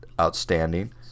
outstanding